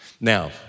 Now